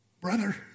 brother